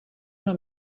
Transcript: una